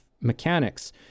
mechanics